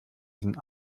sind